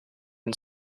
and